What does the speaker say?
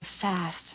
fast